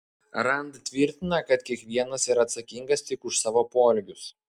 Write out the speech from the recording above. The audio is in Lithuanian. rand tvirtina kad kiekvienas yra atsakingas tik už savo poelgius